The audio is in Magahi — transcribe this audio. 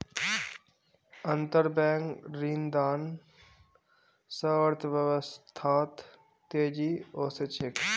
अंतरबैंक ऋणदान स अर्थव्यवस्थात तेजी ओसे छेक